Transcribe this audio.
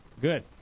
Good